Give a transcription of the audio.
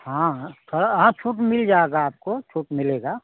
हाँ थोड़ा हाँ छूट मिल जाएगी आपको छूट मिलेगी